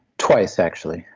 twice actually,